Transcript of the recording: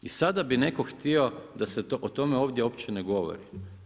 I sada bi netko htio da se o tome ovdje uopće ne govori.